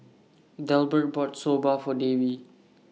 Delbert bought Soba For Davey